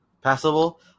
passable